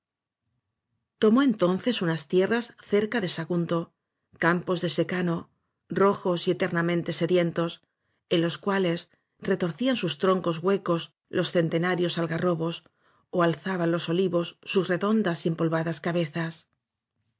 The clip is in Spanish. tomó entonces unas tierras cerca de saigunto campos de secano rojos y eternamente sedientos en los cuales retorcían sus troncos los centenarios algarrobos ó alzaban olivos sus redondas y empolvadas cabezas